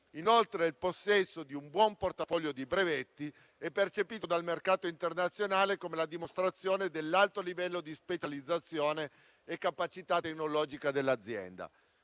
Inoltre, il possesso di un buon portafoglio di brevetti è percepito dal mercato internazionale come la dimostrazione dell'alto livello di specializzazione e capacità tecnologica dell'azienda.